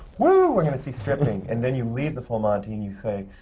whoo! we're going to see stripping! and then you leave the full monty, and you say,